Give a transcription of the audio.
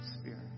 spirit